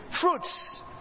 fruits